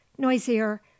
noisier